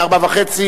ב-16:30,